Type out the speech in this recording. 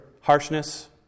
harshness